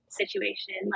situation